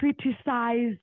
criticized